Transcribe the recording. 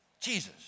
Jesus